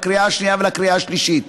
בקריאה השנייה ולקריאה השלישית.